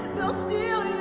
they'll steal